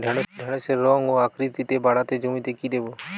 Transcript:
ঢেঁড়সের রং ও আকৃতিতে বাড়াতে জমিতে কি দেবো?